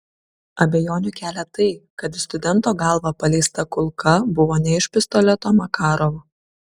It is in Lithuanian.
abejonių kelia tai kad į studento galvą paleista kulka buvo ne iš pistoleto makarov